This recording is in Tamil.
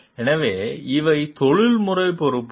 எனவே இவை தொழில்முறை பொறுப்புகள்